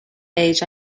age